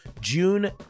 June